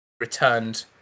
returned